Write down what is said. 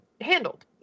handled